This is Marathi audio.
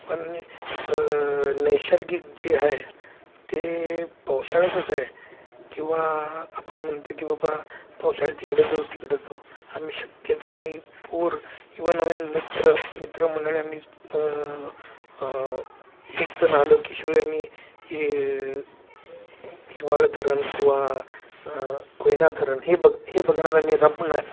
पण नैसर्गिक जे आहे ते पावसाळ्यातच आहे किंवा आपण म्हणतो की बाबा पावसाळ्यात तिकडं जाऊ तिकडं जाऊ आम्ही शक्यतो आम्ही पोर इवन नवीन मित्र मित्रमंडळी आम्ही एकजण आलं की सगळी आम्ही ही हिवाळं धरण किंवा कोयना धरण हे बघ हे बघण्यात आम्ही